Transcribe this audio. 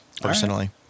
personally